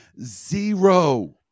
Zero